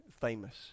famous